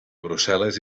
brussel·les